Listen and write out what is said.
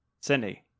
Cindy